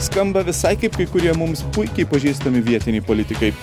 skamba visai kaip kai kurie mums puikiai pažįstami vietiniai politikai